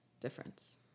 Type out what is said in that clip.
difference